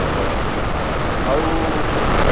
ଆଚ୍ଛା ଆଉ ଆଚ୍ଛା